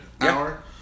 hour